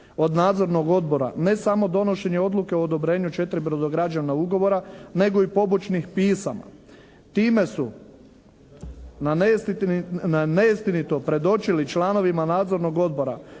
od Nadzornog odbora ne samo donošenje odluke o odobrenju četiri brodograđevna ugovora, nego i pobočnih pisama. Time su na neistinito predočili članovima Nadzornog odbora